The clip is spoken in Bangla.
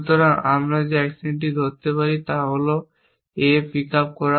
সুতরাং আমরা যে অ্যাকশনটি ধরতে পারি তা হল A পিক আপ করা